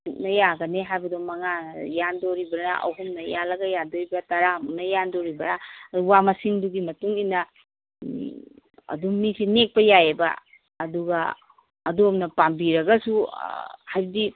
ꯑꯁꯨꯛꯅ ꯌꯥꯒꯅꯤ ꯍꯥꯏꯕꯗꯣ ꯃꯉꯥꯅ ꯌꯥꯟꯗꯧꯔꯤꯕꯔꯥ ꯑꯍꯨꯝꯅ ꯌꯥꯜꯂꯒ ꯌꯥꯗꯧꯔꯤꯕꯔꯥ ꯇꯔꯥꯃꯨꯛꯅ ꯌꯥꯟꯗꯧꯔꯤꯕꯔꯥ ꯋꯥ ꯃꯁꯤꯡꯗꯨꯒꯤ ꯃꯇꯨꯡ ꯏꯟꯅ ꯑꯗꯨꯝ ꯃꯤꯁꯦ ꯅꯦꯛꯄ ꯌꯥꯏꯌꯦꯕ ꯑꯗꯨꯒ ꯑꯗꯣꯝꯅ ꯄꯥꯝꯕꯤꯔꯒꯁꯨ ꯍꯥꯏꯕꯗꯤ